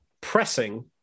pressing